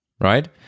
right